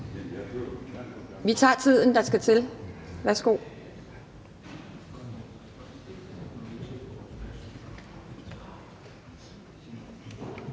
Vi tager den tid, der skal til. Værsgo.